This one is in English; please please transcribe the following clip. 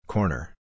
Corner